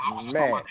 man